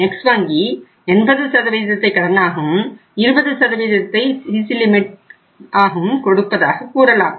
X வங்கி 80ஐ கடனாகவும் 20ஐ சிசி லிமிட்டும் கொடுப்பதாக கூறலாம்